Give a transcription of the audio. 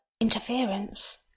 interference